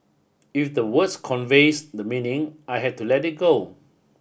if the word conveys the meaning I had to let it go